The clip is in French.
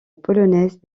polonaise